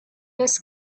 was